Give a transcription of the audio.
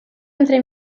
entre